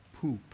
poop